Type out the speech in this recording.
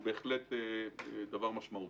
הם בהחלט דבר משמעותי.